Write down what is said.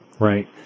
right